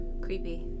creepy